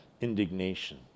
indignation